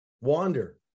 wander